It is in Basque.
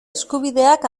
eskubideak